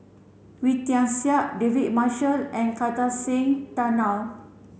Wee Tian Siak David Marshall and Kartar Singh Thakral